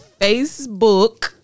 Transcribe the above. Facebook